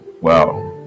wow